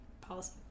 policy